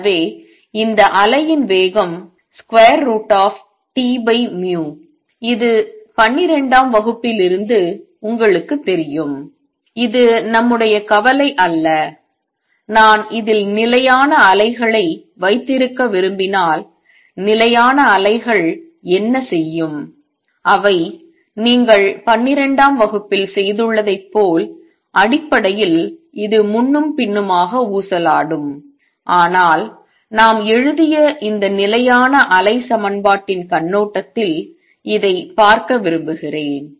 எனவே இந்த அலையின் வேகம் √Tμ இது பன்னிரெண்டாம் வகுப்பிலிருந்து உங்களுக்குத் தெரியும் இது நம்முடைய கவலை அல்ல நான் இதில் நிலையான அலைகளை வைத்திருக்க விரும்பினால் நிலையான அலைகள் என்ன செய்யும் அவை நீங்கள் பன்னிரெண்டாம் வகுப்பில் செய்துள்ளதைப் போல் அடிப்படையில் இது முன்னும் பின்னுமாக ஊசலாடும் ஆனால் நாம் எழுதிய இந்த நிலையான அலை சமன்பாட்டின் கண்ணோட்டத்தில் இதைப் பார்க்க விரும்புகிறேன்